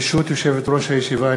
ברשות יושבת-ראש הישיבה,